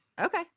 Okay